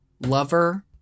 lover